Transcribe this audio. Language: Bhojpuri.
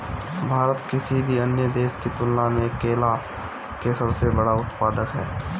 भारत किसी भी अन्य देश की तुलना में केला के सबसे बड़ा उत्पादक ह